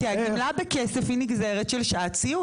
כי הגמלה בכסף היא נגזרת של שעת סיעוד.